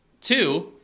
Two